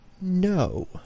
no